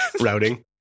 Routing